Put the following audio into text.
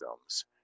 films